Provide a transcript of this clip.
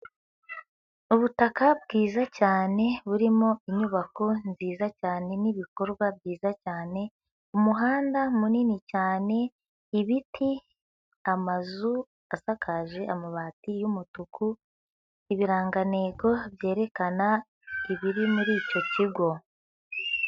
Ubutaka bwiza cyane burimo inyubako nziza cyane n'ibikorwa byiza cyane, umuhanda munini cyane, ibiti, amazu asakaje amabati y'umutuku, ibirangantego byerekana ibiri muri icyo kigo.